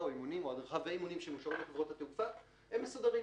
ואימונים שמאושרות לחברות התעופה, הם מסודרים.